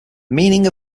meaning